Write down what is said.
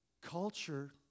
Culture